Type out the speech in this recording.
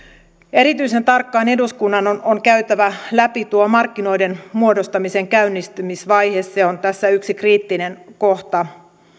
erityisen tarkkaan eduskunnan on on käytävä läpi tuo markkinoiden muodostamisen käynnistymisvaihe se on tässä yksi kriittinen kohta